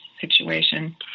situation